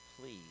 please